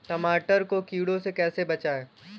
टमाटर को कीड़ों से कैसे बचाएँ?